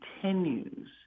continues